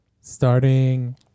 Starting